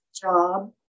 job